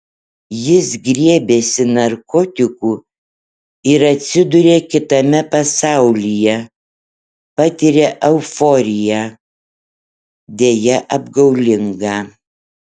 jis griebiasi narkotikų ir atsiduria kitame pasaulyje patiria euforiją deja apgaulingą